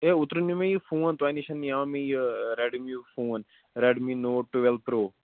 ہے اوترٕ نیوٗ مےٚ یہِ فون تۄہہِ نِش نِیو مےٚ یہِ ریڈمیٖیُک phone Redmi Note twelve pro